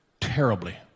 terribly